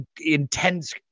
intense